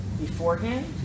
beforehand